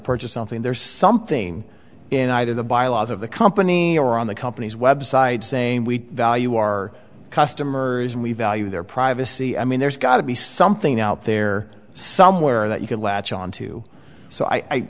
purchase something there's something in either the bylaws of the company or on the company's website saying we value our customers and we value their privacy i mean there's got to be something out there somewhere that you can latch onto so i